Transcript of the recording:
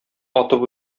атып